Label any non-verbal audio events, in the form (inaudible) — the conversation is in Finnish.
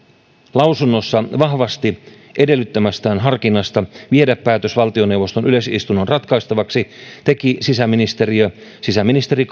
lausunnossaan vahvasti edellyttämästä harkinnasta viedä päätös valtioneuvoston yleisistunnon ratkaistavaksi teki sisäministeriö sisäministeri (unintelligible)